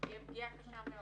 תהיה פגיעה קשה מאוד.